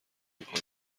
میکنیم